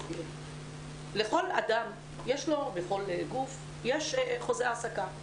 לכל אדם ולכל גוף יש חוזה העסקה.